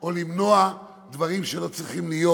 או למנוע דברים שלא צריכים להיות